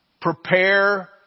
Prepare